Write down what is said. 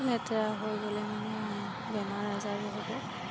লেতেৰা হৈ গ'লে মানে বেমাৰ আজাৰো হ'ব